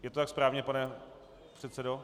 Je to tak správně, pane předsedo?